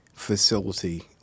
facility